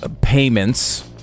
payments